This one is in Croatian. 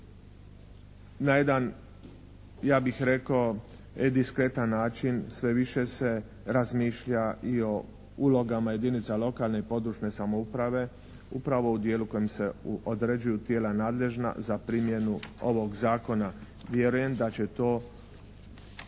na jedan ja bih rekao ediskretan način sve više se razmišlja i o ulogama jedinica lokalne i područne samouprave upravo u dijelu u kojem se određuju tijela nadležna za primjenu ovog zakona. Vjerujem da će to